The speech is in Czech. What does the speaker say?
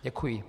Děkuji.